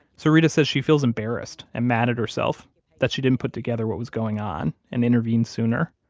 so reta says she feels embarrassed and mad at herself that she didn't put together what was going on and intervene sooner